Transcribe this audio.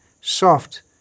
soft